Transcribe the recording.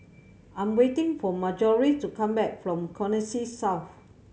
I'm waiting for Marjorie to come back from Connexis South